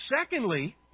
Secondly